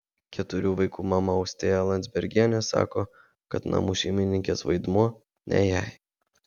keturių vaikų mama austėja landzbergienė sako kad namų šeimininkės vaidmuo ne jai